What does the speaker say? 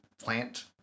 plant